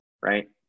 right